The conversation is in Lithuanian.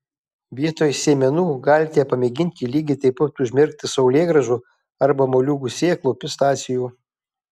vietoj sėmenų galite pamėginti lygiai taip pat užmerkti saulėgrąžų arba moliūgų sėklų pistacijų